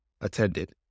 attended